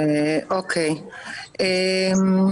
אמא לשבעה.